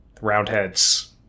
roundheads